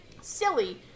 Silly